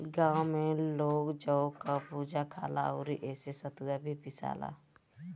गांव में लोग जौ कअ भुजा खाला अउरी एसे सतुआ भी पिसाला